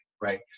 Right